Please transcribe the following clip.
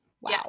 wow